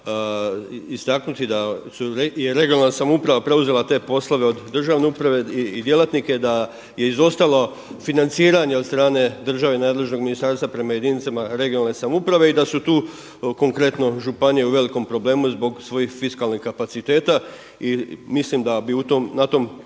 istaknuti je regionalna samouprava preuzela te poslove od državne uprave i djelatnike, da je izostalo financiranje od strane države i nadležnog ministarstva prema jedinicama regionalne samouprave i da su tu konkretno županije u velikom problemu zbog svojih fiskalnih kapaciteta i mislim da bi na to